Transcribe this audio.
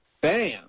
bam